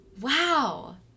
Wow